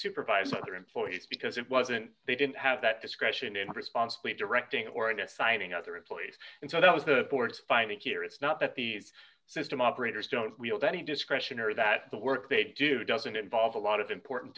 supervise other employees because it wasn't they didn't have that discretion in responsibly directing or into signing other employees and so that was the board's finding here it's not that the system operators don't wield any discretion or that the work they do doesn't involve a lot of important